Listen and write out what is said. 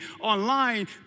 Online